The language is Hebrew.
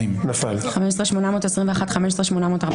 14,961 עד 14,980